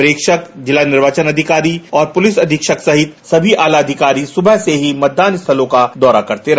प्रेक्षक जिला निर्वाचन अधिकारी तथा पुलिस अधीक्षक सहित सभी आला अधिकारी सुबह से ही मतदान स्थलो का दौरा करते रहे